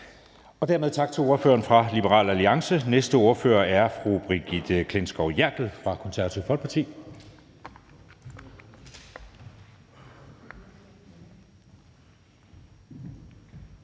Dermed tak til ordføreren for Liberal Alliance. Næste ordfører er fru Brigitte Klintskov Jerkel fra Det Konservative Folkeparti.